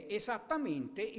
esattamente